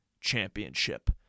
Championship